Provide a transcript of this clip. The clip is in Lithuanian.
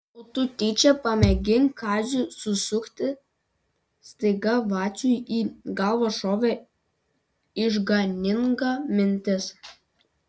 o tu tyčia pamėgink kaziui susukti staiga vaciui į galvą šovė išganinga mintis